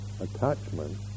attachment